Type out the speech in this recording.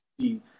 see